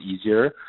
easier